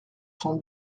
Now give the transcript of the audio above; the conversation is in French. son